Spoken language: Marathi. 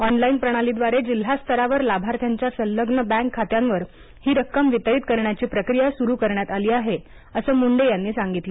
ऑनलाईन प्रणालीद्वारे जिल्हास्तरावर लाभार्थ्यांच्या संलग्न बैंक खात्यांवर ही रक्कम वितरित करण्याची प्रक्रिया सुरू करण्यात आली आहे असं मुंडे यांनी सांगितलं